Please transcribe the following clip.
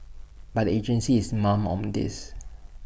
but the agency is mum on this